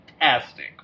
fantastic